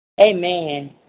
Amen